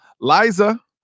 Liza